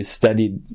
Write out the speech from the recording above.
studied